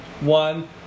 one